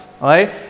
right